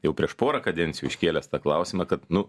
jau prieš porą kadencijų iškėlęs tą klausimą kad nu